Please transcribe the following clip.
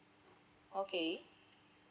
okay